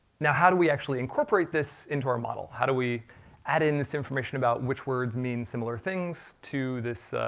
now how do we actually incorporate this into our model? how do we actually add in this information about which words mean similar things to this